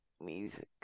music